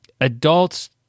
adults